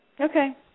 okay